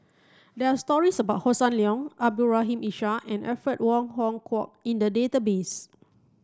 there are stories about Hossan Leong Abdul Rahim Ishak and Alfred Wong Hong Kwok in the database